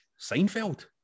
Seinfeld